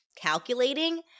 calculating